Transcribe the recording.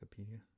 Wikipedia